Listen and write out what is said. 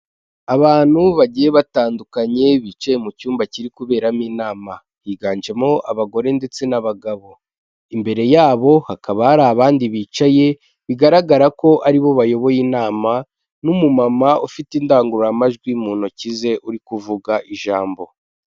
Abantu bagiye batandukanye bicaye mu cyumba kiri kuberamo inama. Higanjemo abagore ndetse n'abagabo. Imbere yabo hakaba hari abandi bicaye bigaragara ko ari bo bayoboye inama n'umumama ufite indangururamajwi mu ntoki ze uri kuvuga ijambo.